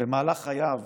במהלך חייו